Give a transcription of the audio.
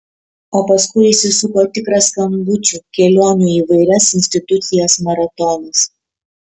o paskui įsisuko tikras skambučių kelionių į įvairias institucijas maratonas